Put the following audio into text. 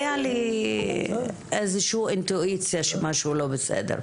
היתה לי איזו אינטואיציה שמשהו לא בסדר פה.